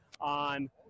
on